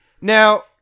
Now